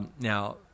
Now